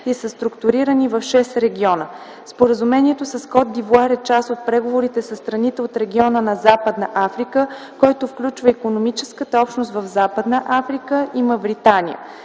и са структурирани в шест региона. Споразумението с Кот д’Ивоар е част от преговорите със страните от региона на Западна Африка, който включва икономическата общност в Западна Африка и Мавритания.